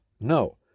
No